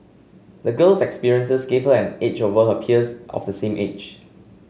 the girl's experiences gave her an edge over her peers of the same age